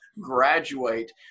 graduate